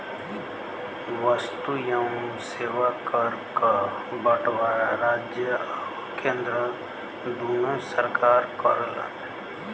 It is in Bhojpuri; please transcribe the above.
वस्तु एवं सेवा कर क बंटवारा राज्य आउर केंद्र दूने सरकार करलन